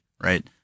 right